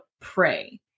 pray